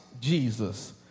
Jesus